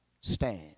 stand